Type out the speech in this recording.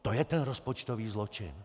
A to je ten rozpočtový zločin!